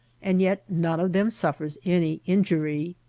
and yet none of them suffers any injury.